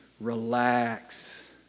relax